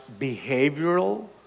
behavioral